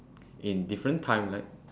in different timeline